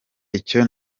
icyo